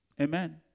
Amen